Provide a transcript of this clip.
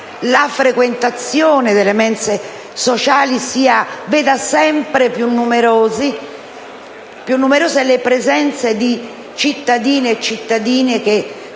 la frequentazione delle mense sociali veda sempre più numerosa la presenza di cittadini e cittadine